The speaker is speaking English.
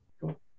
Cool